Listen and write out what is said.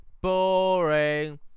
Boring